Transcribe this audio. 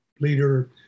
leader